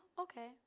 okay